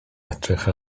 edrych